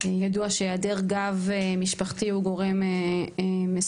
ידוע שהיעדר גם משפחתי הוא גורם מסכן.